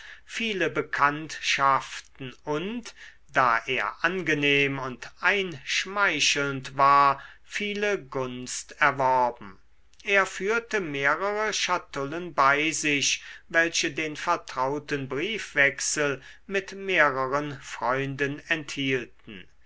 viele bekanntschaften und da er angenehm und einschmeichelnd war viele gunst erworben er führte mehrere schatullen bei sich welche den vertrauten briefwechsel mit mehreren freunden enthielten